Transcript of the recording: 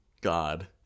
God